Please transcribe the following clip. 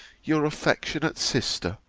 your affectionate sister,